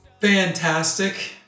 fantastic